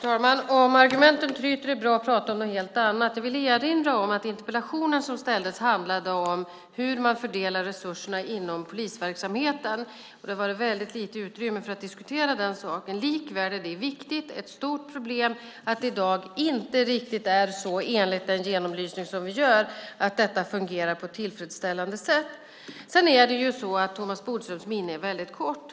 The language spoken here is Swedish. Fru talman! Om argumenten tryter är det bra att prata om någonting helt annat. Jag vill erinra om att interpellationen handlade om hur man fördelar resurserna inom polisverksamheten. Det har varit väldigt lite utrymme för att diskutera den saken. Likväl är det viktigt. Det är ett stort problem att det i dag inte riktigt fungerar på ett tillfredsställande sätt enligt den genomlysning som vi gör. Sedan är det så att Thomas Bodströms minne är väldigt kort.